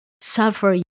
suffer